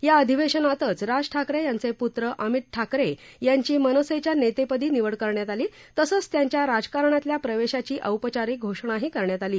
या अधिवेशतानाच राज ठाकरे यांचे प्त्र अमित ठाकरे यांची मनसेच्या नेतेपदी निवड करण्यात आली तसंच त्यांच्या राजकारणातल्या प्रवेशाची औपचारीक घोषणाही करण्यात आली